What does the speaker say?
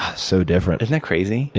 so different. isn't that crazy? yeah.